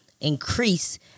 increase